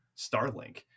Starlink